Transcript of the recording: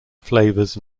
flavors